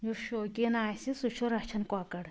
یُس شوقیٖن آسہِ سُہ چھُ رچھان کۄکر